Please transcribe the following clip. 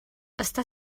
està